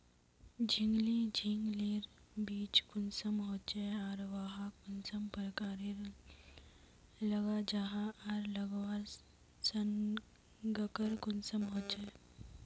झिंगली झिंग लिर बीज कुंसम होचे आर वाहक कुंसम प्रकारेर लगा जाहा आर लगवार संगकर कुंसम होचे?